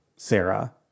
Sarah